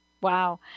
Wow